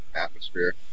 atmosphere